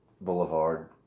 boulevard